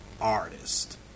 artist